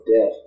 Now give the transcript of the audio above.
death